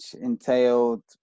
entailed